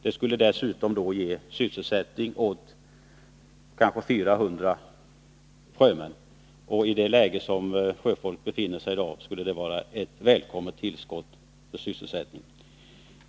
Det skulle dessutom ge sysselsättning åt ca 400 sjömän. I det arbetsmarknadsläge som sjöfolk befinner sig i i dag skulle det vara ett välkommet tillskott.